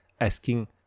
asking